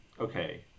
Okay